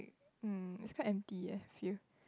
um it's quite empty eh I feel